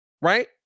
right